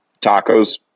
Tacos